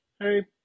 Hey